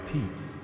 Peace